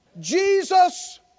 Jesus